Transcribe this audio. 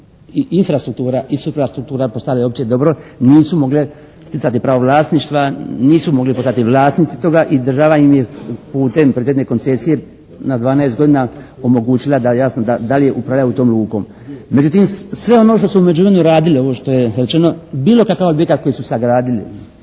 i infrastruktura i suprasturktura postale opće dobro. Nisu mogle sticati pravo vlasništva, nisu mogle postati vlasnici toga i država im je putem prioritetne koncesije na 12 godina omogućila da jasno dalje upravlja tom lukom. Međutim, sve ono što se u međuvremenu radilo, ovo što je rečeno, bilo kakav objekt koji su sagradili,